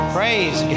Praise